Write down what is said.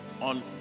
on